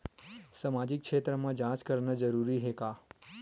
सामाजिक क्षेत्र म जांच करना जरूरी हे का?